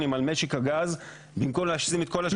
על משק הגז במקום לשים את כל הז'יטונים על משק האנרגיה